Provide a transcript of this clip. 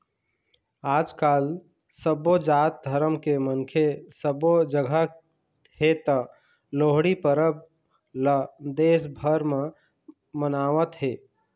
आजकाल सबो जात धरम के मनखे सबो जघा हे त लोहड़ी परब ल देश भर म मनावत हे